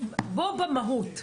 בוא במהות,